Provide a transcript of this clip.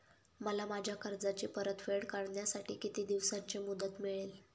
मला माझ्या कर्जाची परतफेड करण्यासाठी किती दिवसांची मुदत मिळेल?